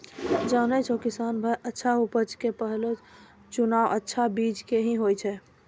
जानै छौ किसान भाय अच्छा उपज के पहलो चुनाव अच्छा बीज के हीं होय छै